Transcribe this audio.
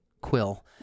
quill